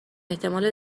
احتمال